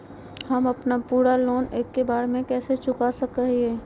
हम अपन पूरा लोन एके बार में कैसे चुका सकई हियई?